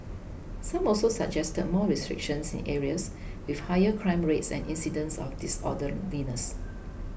some also suggested more restrictions in areas with higher crime rates and incidents of disorderliness